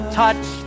touch